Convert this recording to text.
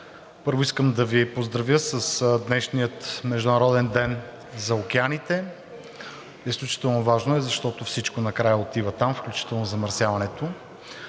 Първо, искам да Ви поздравя с днешния Международен ден за океаните – изключително важно е, защото всичко накрая отива там, включително замърсяването.